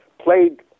played